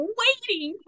waiting